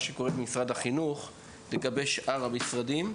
שקורה במשרד החינוך לגבי שאר המשרדים,